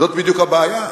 זאת בדיוק הבעיה,